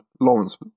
Lawrence